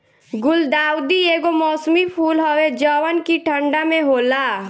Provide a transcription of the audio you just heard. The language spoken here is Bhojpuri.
गुलदाउदी एगो मौसमी फूल हवे जवन की ठंडा में होला